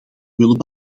willen